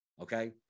okay